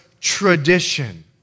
tradition